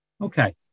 Okay